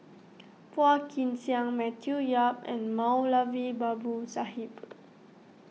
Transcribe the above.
Phua Kin Siang Matthew Yap and Moulavi Babu Sahib